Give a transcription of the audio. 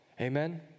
Amen